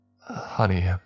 Honey